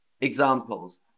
Examples